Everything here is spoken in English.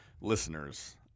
listeners